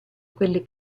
quelli